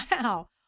Wow